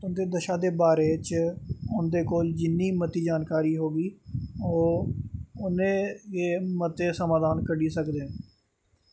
तुं'दी दशा दे बारे च उं'दे कोल जिन्नी मती जानकारी होग ओह् उन्ने गै मते समाधान कड्ढी सकदे न